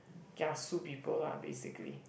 kiasu people lah basically